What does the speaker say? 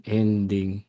ending